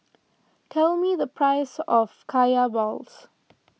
tell me the price of Kaya Balls